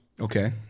Okay